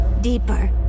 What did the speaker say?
Deeper